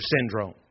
syndrome